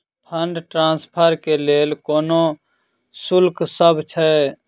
Fund transfer केँ लेल कोनो शुल्कसभ छै?